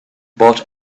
but